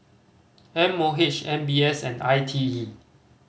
M O H M B S and I T E